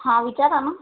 हा विचारा नं